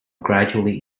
gradually